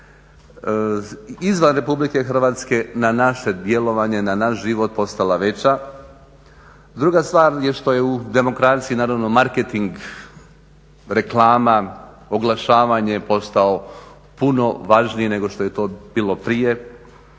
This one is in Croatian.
izvan Republike Hrvatske na naše djelovanje, na naš život postala veća. Druga stvar je što je u demokraciji naravno marketing, reklama, oglašavanje postao puno važniji nego što je to bilo prije